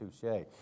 touche